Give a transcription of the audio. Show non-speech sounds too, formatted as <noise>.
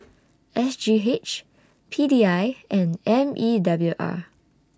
<noise> S G H P D I and M E W R